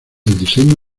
diseño